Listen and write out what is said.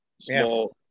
Small